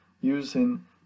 using